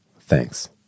Thanks